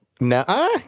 No